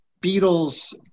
beatles